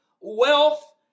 wealth